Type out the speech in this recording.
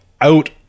out